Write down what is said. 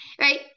Right